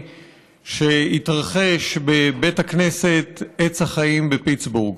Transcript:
שהתרחש בבית הכנסת עץ החיים בפיטסבורג.